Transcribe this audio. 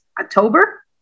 October